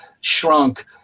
shrunk